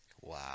Wow